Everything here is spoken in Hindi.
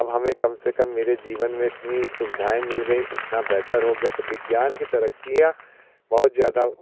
अब हमें कम से कम मेरे जीवन में ये सुविधाएँ मिल गई इतना बेहतर हो गया तो विज्ञान कि तरक्कियाँ बहुत ज़्यादा